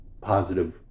positive